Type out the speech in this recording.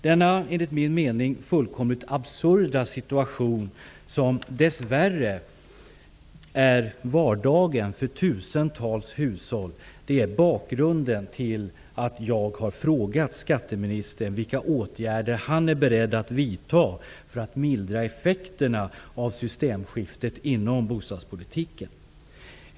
Denna enligt min mening fullkomligt absurda situation, som dess värre är vardagen för tusentals hushåll, är bakgrunden till att jag har frågat skatteministern vilka åtgärder han är beredd att vidta för att mildra effekterna av systemskiftet inom bostadspolitiken.